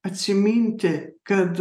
atsiminti kad